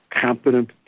competent